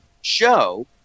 show